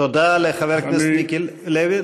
תודה לחבר הכנסת מיקי לוי.